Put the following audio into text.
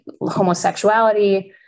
homosexuality